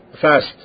fast